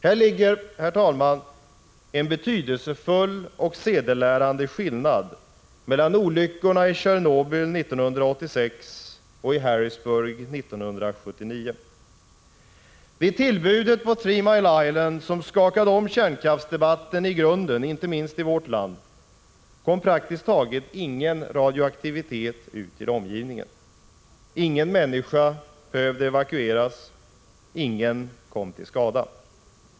Här ligger, herr talman, en betydelsefull och sedelärande skillnad mellan olyckorna i Tjernobyl 1986 och i Harrisburg 1979. Vid tillbudet på Three Mile Island, som i grunden skakade om kärnkraftsdebatten, inte minst i vårt land, kom praktiskt taget ingen radioaktivitet ut till omgivningen. Ingen människa behövde evakueras, ingen kom till skada.